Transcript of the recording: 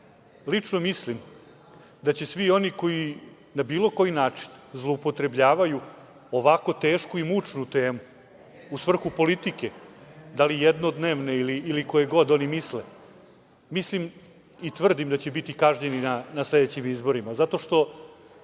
lično mislim da će svi oni koji na bilo koji način zloupotrebljavaju ovako tešku i mučnu temu u svrhu politike, da li jednodnevne ili koje god oni misle. Mislim i tvrdim da će biti kažnjeni na sledećim izborima zato što